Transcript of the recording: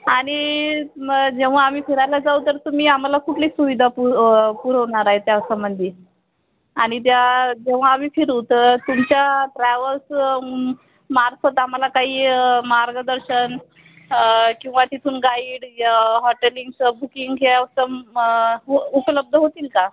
आणि मग जेव्हा आम्ही फिरायला जाऊ तर तुम्ही आम्हाला कुठली सुविधा पु पुरवणार आहे त्या संबंधी आणि त्या जेव्हा आम्ही फिरू तर तुमच्या ट्रॅव्हल्स मार्फत आम्हाला काही मार्गदर्शन किंवा तिथून गाईड हॉटेलिंगचं बुकींग किंवा असं म उ उपलब्ध होतील का